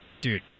Dude